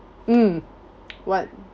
mm what